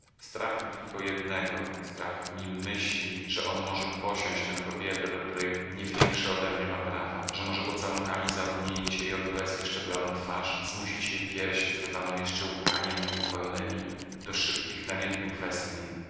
mi tylko jednego strach mi myśli że on może posiąść tę kobietę do której nie większe odemnie ma prawa że może pocałunkami zarumienić jej od łez jeszcze bladą twarz zmusić jej pierś zrywaną jeszcze łkaniami nieukojonemi do szybkich namiętnych